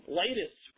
latest